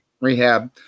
rehab